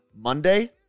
Monday